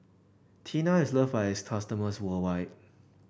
Tena is loved by its customers worldwide